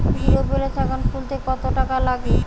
Zero balance account খুলতে কত টাকা লাগে?